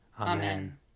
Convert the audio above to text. Amen